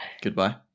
Goodbye